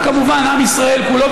וכמובן עם ישראל כולו,